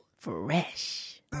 Fresh